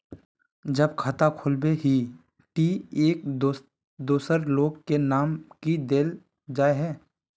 जब खाता खोलबे ही टी एक दोसर लोग के नाम की देल जाए है?